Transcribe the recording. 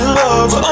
love